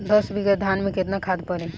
दस बिघा धान मे केतना खाद परी?